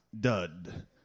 Dud